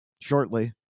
shortly